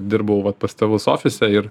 dirbau vat pas tėvus ofise ir